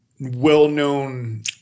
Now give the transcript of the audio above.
well-known